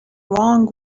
wrong